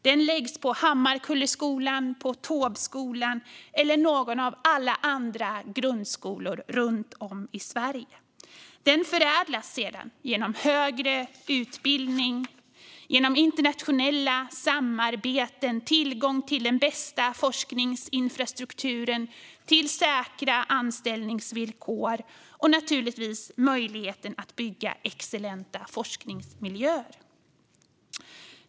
Den läggs på Hammarkullsskolan, Taubeskolan och alla de andra grundskolorna runt om i Sverige. Den förädlas sedan genom högre utbildning, internationella samarbeten, tillgång till den bästa forskningsinfrastrukturen, säkra anställningsvillkor och naturligtvis möjligheter att bygga excellenta forskningsmiljöer.